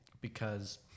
because-